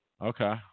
Okay